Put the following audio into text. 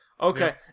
Okay